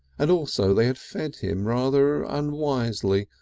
and also they had fed him rather unwisely,